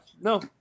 No